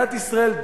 מדינת ישראל,